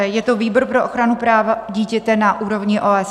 Je to výbor pro ochranu práva dítěte na úrovni OSN.